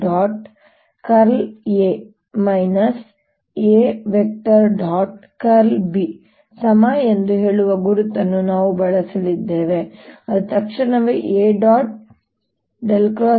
B ಸಮ ಎಂದು ಹೇಳುವ ಗುರುತನ್ನು ನಾವು ಬಳಸಲಿದ್ದೇವೆ ಅದು ತಕ್ಷಣವೇ A